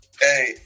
hey